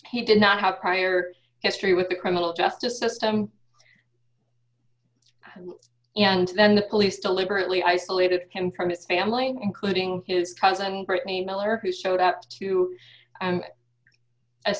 he did not have prior history with the criminal justice system and then the police deliberately isolated can from his family including his cousin brittany miller who showed up to